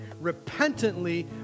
repentantly